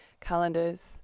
calendars